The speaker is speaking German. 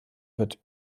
wird